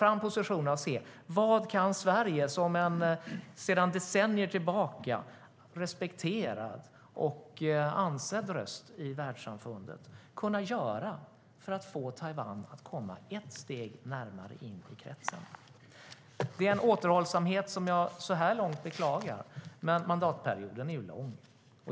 Man borde se vad Sverige som en sedan decennier tillbaka respekterad och ansedd röst i världssamfundet kan göra för att få Taiwan att komma ett steg närmare in i kretsen. Jag beklagar regeringens återhållsamhet, men mandatperioden är lång.